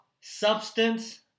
substance